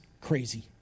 crazy